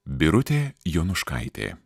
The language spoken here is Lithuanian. birutė jonuškaitė